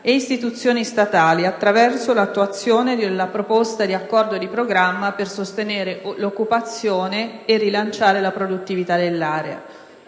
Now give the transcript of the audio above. e istituzioni statali attraverso l'attuazione della proposta di accordo di programma per sostenere l'occupazione e rilanciare la produttività dell'area.